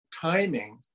timing